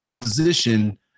position